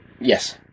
Yes